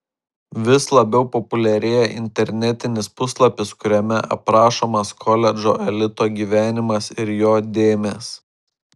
vis labiau populiarėja internetinis puslapis kuriame aprašomas koledžo elito gyvenimas ir jo dėmės